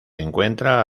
encuentra